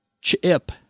Chip